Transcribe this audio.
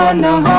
ah no